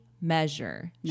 measure